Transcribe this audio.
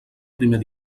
primer